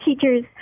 teacher's